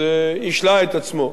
אז השלה את עצמו.